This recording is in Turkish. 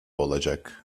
olacak